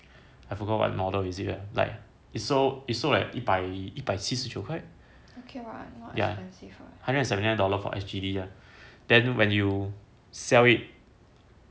I forgot what model is it ah like it's so it's so like 一百七十九块 ya hundred and seventy dollar for S_G_D ah then when you sell it